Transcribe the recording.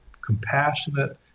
compassionate